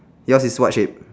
yours is what shape